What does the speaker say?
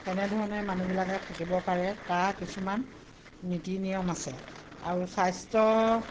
কেনেধৰণে মানুহবিলাকে থাকিব পাৰে তাৰ কিছুমান নীতি নিয়ম আছে আৰু স্বাস্থ্য